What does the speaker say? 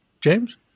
James